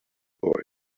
boy